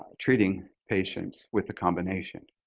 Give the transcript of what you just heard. treating patients with the combination.